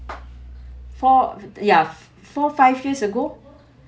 four ya four five years ago